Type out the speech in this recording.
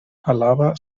alaba